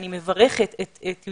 כשדיברתי על השינוי הפרדיגמטי,